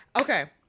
Okay